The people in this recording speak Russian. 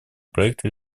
проекта